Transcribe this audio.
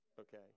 okay